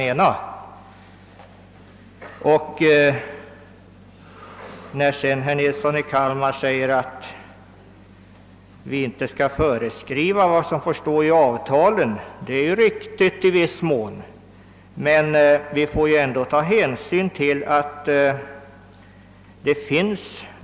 Vad herr Nilsson i Kalmar säger om att vi inte skall föreskriva vad som skall stå i avtalen är i viss mån riktigt.